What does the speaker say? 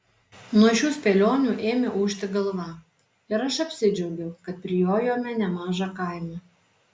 nuo šių spėlionių ėmė ūžti galva ir aš apsidžiaugiau kad prijojome nemažą kaimą